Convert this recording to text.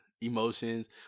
Emotions